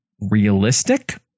realistic